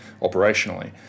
operationally